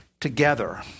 together